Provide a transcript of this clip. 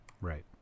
Right